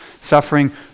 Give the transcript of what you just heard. suffering